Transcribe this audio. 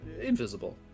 invisible